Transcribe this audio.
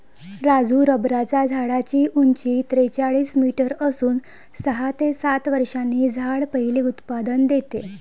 राजू रबराच्या झाडाची उंची त्रेचाळीस मीटर असून सहा ते सात वर्षांनी झाड पहिले उत्पादन देते